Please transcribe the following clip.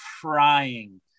crying